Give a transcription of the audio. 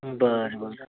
बरें बरें